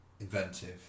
inventive